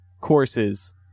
courses